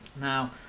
Now